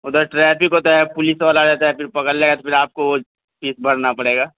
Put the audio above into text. ادھر ٹریفک ہوتا ہے پولس والا رہتا ہے پھر پکڑ لے گا تو پھر آپ کو فیس بھرنا پڑے گا